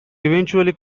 eventually